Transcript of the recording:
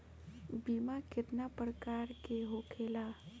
बीमा केतना प्रकार के होखे ला?